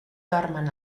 dormen